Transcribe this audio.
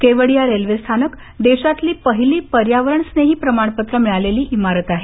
Kevadia railway स्थानक देशातली पहिली पर्यावरणस्नेही प्रमाणपत्र मिळालेली इमारत आहे